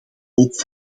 ook